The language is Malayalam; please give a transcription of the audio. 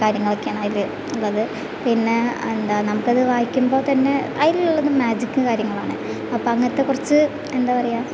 കാര്യങ്ങളൊക്കെയാണ് അതിൽ ഉളളത് പിന്നെ എന്താ നമുക്കത് വായിക്കുമ്പോൾത്തന്നെ അതിലുള്ളത് മാജിക്കും കാര്യങ്ങളുമാണ് അപ്പോൾ അങ്ങനത്തെക്കുറച്ച് എന്താ പറയുക